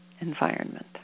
environment